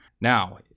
Now